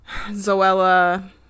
Zoella